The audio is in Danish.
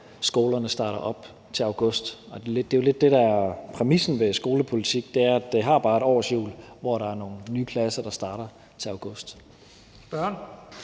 skolerne starter op til august. Det er jo lidt det, der er præmissen ved skolepolitik: Det har bare et årshjul, hvor der er nogle nye klasser, der starter til august. Kl.